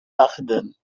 accident